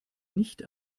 nicht